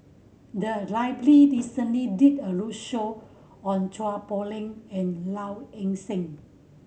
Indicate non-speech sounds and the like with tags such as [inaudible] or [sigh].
the [unintelligible] recently did a roadshow on Chua Poh Leng and Low Ing Sing